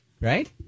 Right